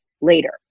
later